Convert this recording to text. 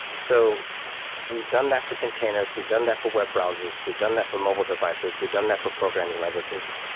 so we've done that for containers. we've done that for web browsers. we've done that for mobile devices. we've done that for programming languages.